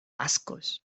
atascos